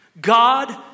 God